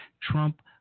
Trump